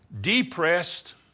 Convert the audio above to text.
depressed